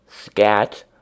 scat